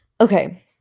Okay